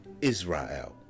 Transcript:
Israel